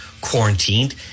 quarantined